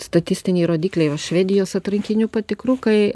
statistiniai rodikliai švedijos atrankinių patikrų kai